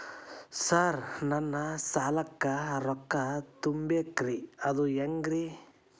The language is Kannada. ಸರ್ ನನ್ನ ಸಾಲಕ್ಕ ರೊಕ್ಕ ತುಂಬೇಕ್ರಿ ಅದು ಹೆಂಗ್ರಿ?